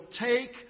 take